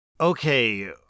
Okay